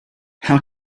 how